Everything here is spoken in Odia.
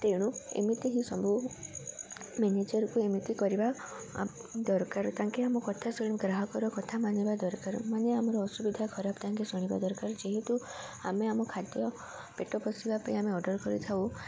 ତେଣୁ ଏମିତି ହିଁ ସବୁ ମ୍ୟାନେଜର୍କୁ ଏମିତି କରିବା ଦରକାର ତାଙ୍କେ ଆମ କଥା ଶୁଣି ଗ୍ରାହକର କଥା ମାନିବା ଦରକାର ମାନେ ଆମର ଅସୁବିଧା ଖରାପ ତାଙ୍କେ ଶୁଣିବା ଦରକାର ଯେହେତୁ ଆମେ ଆମ ଖାଦ୍ୟ ପେଟ ପୋଷିବା ପାଇଁ ଆମେ ଅର୍ଡ଼ର୍ କରିଥାଉ